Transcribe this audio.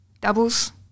Doubles